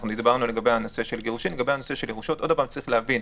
צריך להבין,